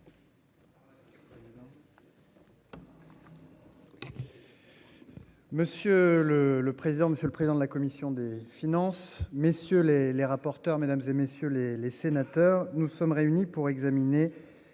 Monsieur le. Le président, monsieur le président de la commission des finances. Messieurs les les rapporteurs mesdames et messieurs les les sénateurs. Nous sommes réunis pour examiner